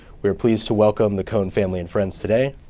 we are pleased to welcome the cohen family and friends today.